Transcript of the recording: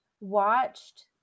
watched